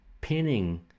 pinning